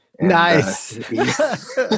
nice